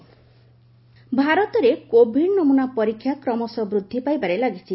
Covid status ଭାରତରେ COVID ନମୁନା ପରୀକ୍ଷା କ୍ରମଶଃ ବୃଦ୍ଧି ପାଇବାରେ ଲାଗିଛି